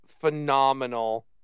phenomenal